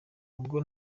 ubwo